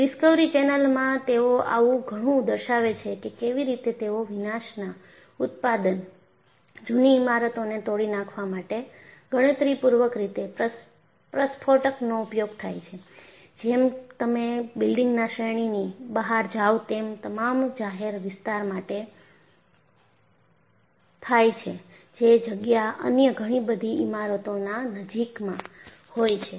Discovery ચેનલમાં તેઓ આવું ઘણું દર્શાવે છે કે કેવી રીતે તેઓ વિનાશના ઉત્પાદન જૂની ઇમારતોને તોડી નાખવા માટે ગણતરીપૂર્વક રીતે પ્રસ્ફોટકનો ઉપયોગ થાય છે જેમ તમે બિલ્ડિંગના શ્રેણીની બહાર જાઓ તેમ તમામ જાહેર વિસ્તાર માટે થાય છે જે જગ્યા અન્ય ઘણી બધી ઇમારતોના નજીકમાં હોય છે